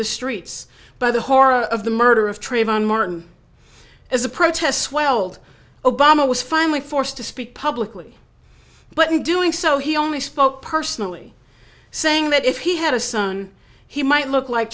the streets by the horror of the murder of trayvon martin as a protest swelled obama was finally forced to speak publicly but in doing so he only spoke personally saying that if he had a son he might look like